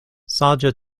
saĝa